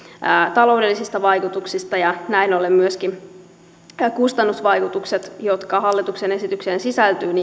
taloudellisista vaikutuksista näin ollen myöskin kustannusvaikutukset jotka hallituksen esitykseen sisältyvät